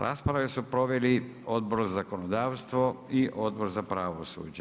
Raspravu su proveli Odbor za zakonodavstvo i Odbor za pravosuđe.